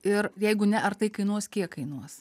ir jeigu ne ar tai kainuos kiek kainuos